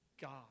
God